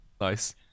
Nice